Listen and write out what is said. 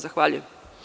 Zahvaljujem.